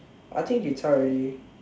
I think they zhao already